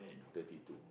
thirty two